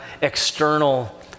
external